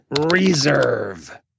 reserve